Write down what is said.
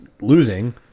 losing